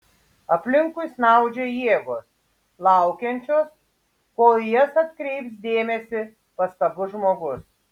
aplinkui snaudžia jėgos laukiančios kol į jas atkreips dėmesį pastabus žmogus